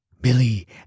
Billy